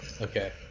okay